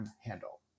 handle